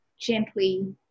gently